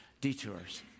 detours